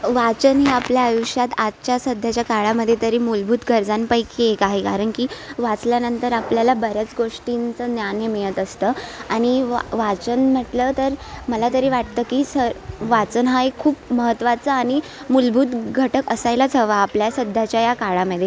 वाचन ही आपल्या आयुष्यात आजच्या सध्याच्या काळामध्ये तरी मूलभूत गरजांपैकी एक आहे कारण की वाचल्यानंतर आपल्याला बऱ्याच गोष्टींचं ज्ञान हे मिळत असतं आणि व वाचन म्हटलं तर मला तरी वाटतं की सं वाचन हा एक खूप महत्त्वाचा आणि मूलभूत घटक असायलाच हवा आपल्या सध्याच्या या काळामध्ये